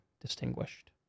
distinguished